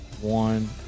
one